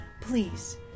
Please